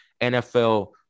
NFL